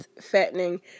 fattening